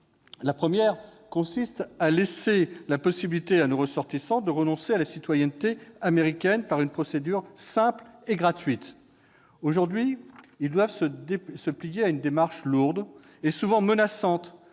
La première consiste à laisser à nos ressortissants la possibilité de renoncer à la citoyenneté américaine par une procédure simple et gratuite. Aujourd'hui, ils doivent se plier à une démarche lourde et souvent menaçante-